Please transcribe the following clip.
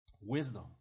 Wisdom